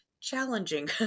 challenging